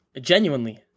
genuinely